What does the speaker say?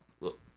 Look